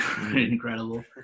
incredible